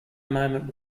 moment